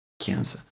cancer